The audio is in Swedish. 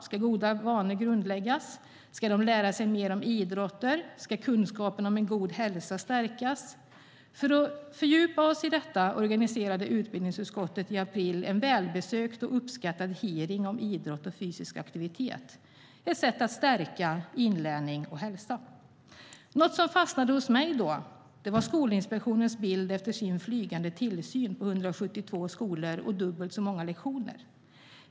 Ska goda vanor grundläggas? Ska de lära sig mer om idrotter? Ska kunskapen om god hälsa stärkas? För att fördjupa sig i detta organiserade utbildningsutskottet i april en välbesökt och uppskattad hearing om idrott och fysisk aktivitet som ett sätt att stärka inlärning och hälsa. Något som fastnade hos mig då var Skolinspektionens bild efter dess flygande tillsyn på 172 skolor och dubbelt så många lektioner.